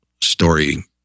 story